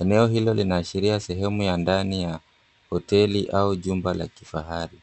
Eneo hilo linaashiria sehemu ya ndani ya hoteli au jumba la kifahari.